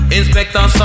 Inspector